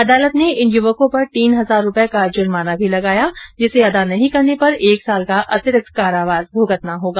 अदालत ने इन युवकों पर तीन हजार रुपये का जुर्माना भी लगाया है जिसे अदा नहीं करने पर एक साल का अतिरिक्त कारावास भूगतना होगा